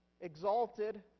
exalted